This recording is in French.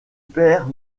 père